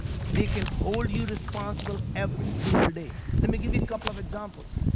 they can hold you responsible every single day let me give you couple of examples,